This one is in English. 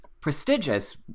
prestigious